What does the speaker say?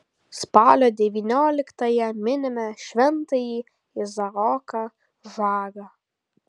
spalio devynioliktąją minime šventąjį izaoką žagą